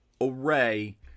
array